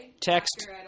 Text